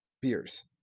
beers